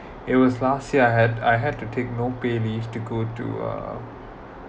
it was last year I had I had to take no pay leave to go to uh